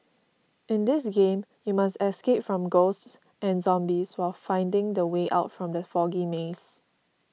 in this game you must escape from ghosts and zombies while finding the way out from the foggy maze